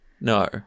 No